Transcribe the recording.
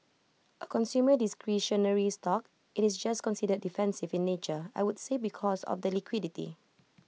A consumer discretionary stock IT is just considered defensive in nature I would say because of the liquidity